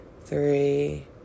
three